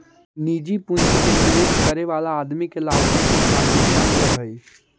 निजी पूंजी के निवेश करे वाला आदमी के लाभांश में प्राथमिकता मिलऽ हई